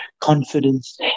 confidence